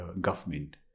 government